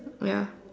ya